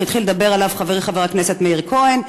התחיל לדבר עליו חברי חבר הכנסת מאיר כהן.